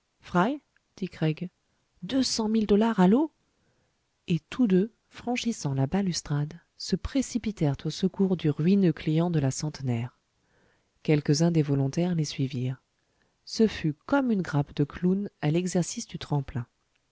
mille dollars à l'eau et tous deux franchissant la balustrade se précipitèrent au secours du ruineux client de la centenaire quelques-uns des volontaires les suivirent ce fut comme une grappe de clowns à l'exercice du tremplin